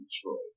Detroit